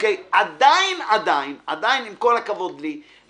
אבל עם כל הכבוד לי,